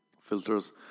filters